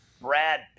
Brad